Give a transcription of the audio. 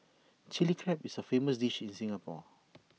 Chilli Crab is A famous dish in Singapore